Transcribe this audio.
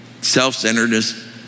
self-centeredness